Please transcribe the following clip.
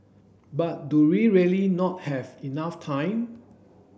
but do we really not have enough time